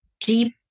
deep